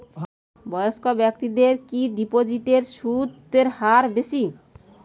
বয়স্ক ব্যেক্তিদের কি ডিপোজিটে সুদের হার বেশি?